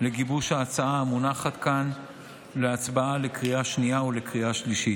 לגיבוש ההצעה המונחת כאן להצבעה בקריאה השנייה ובקריאה השלישית.